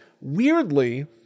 Weirdly